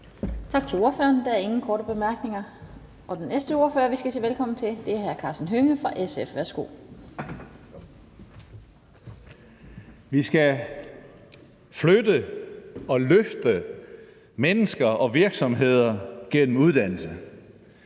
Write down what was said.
Vi skal flytte og løfte mennesker og virksomheder gennem uddannelse.